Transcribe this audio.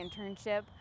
internship